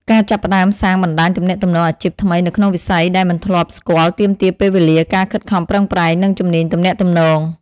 ការចាប់ផ្តើមកសាងបណ្តាញទំនាក់ទំនងអាជីពថ្មីនៅក្នុងវិស័យដែលមិនធ្លាប់ស្គាល់ទាមទារពេលវេលា ការខិតខំប្រឹងប្រែង និងជំនាញទំនាក់ទំនង។